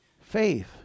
Faith